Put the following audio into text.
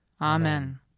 Amen